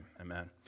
Amen